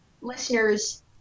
listeners